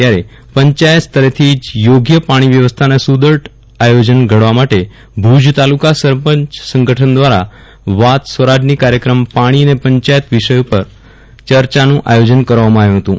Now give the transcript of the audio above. ત્યારે પંયાયત સ્તરેથી જ યોગ્ય પાણી વ્યવસ્થાના સુદ્દઢ આયોજન ઘડવા માટે ભુજ તાલુકા સરપંય સંગઠન દ્વારા વાત સ્વરાજની કાર્યક્રમ પાણી અને પંયાયત વિષય સંદર્ભે યર્યાનું આયોજન કરવામાં આવયું હતું